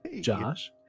josh